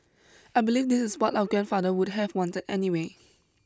I believe this is what our grandfather would have wanted anyway